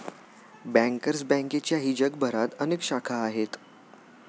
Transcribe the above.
bankers बँकेच्याही जगभरात अनेक शाखा आहेत